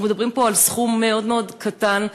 אנחנו מדברים פה על סכום מאוד מאוד קטן וזעום,